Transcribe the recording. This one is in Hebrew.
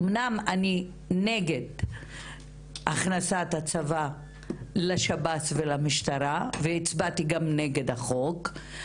אמנם אני נגד הכנסת הצבא לשירות בתי הסוהר והמשטרה והצבעתי גם נגד החוק,